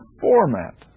format